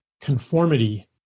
conformity